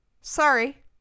Sorry